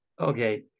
Okay